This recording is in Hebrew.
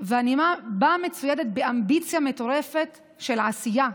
ואני באה מצוידת באמביציה מטורפת של עשייה.